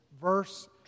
verse